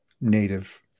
native